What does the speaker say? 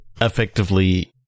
effectively